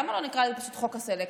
למה לא נקרא לזה פשוט חוק הסלקציה?